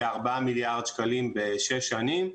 כארבעה מיליארד שקלים בשש שנים.